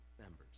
members